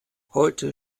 heute